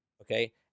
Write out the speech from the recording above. okay